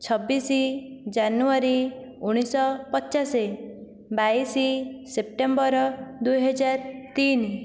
ଛବିସ ଜାନୁଆରୀ ଉଣେଇଶହ ପଚାଶ ବାଇଶ ସେପ୍ଟେମ୍ବର ଦୁଇ ହଜାର ତିନି